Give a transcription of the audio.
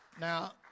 Now